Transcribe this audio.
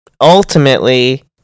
ultimately